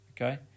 okay